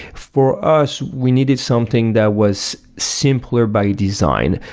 for us, we needed something that was simpler by design.